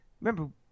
remember